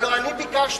הלוא אני ביקשתי